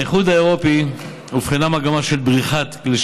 באיחוד האירופי אובחנה מגמה של "בריחת" כלי